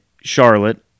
Charlotte